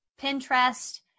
Pinterest